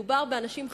מדובר באנשים חיים,